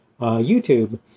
YouTube